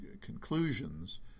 conclusions